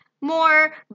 more